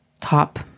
top